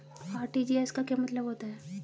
RTGS का क्या मतलब होता है?